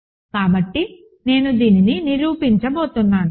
కాబట్టి నేను దీనిని నిరూపించబోతున్నాను